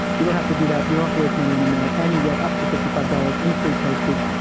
you don't have to do that. you don't have to waste your money anymore. and you get up to fifty five dollars in free postage.